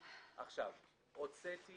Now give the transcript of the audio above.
הוצאתי